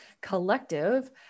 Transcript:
Collective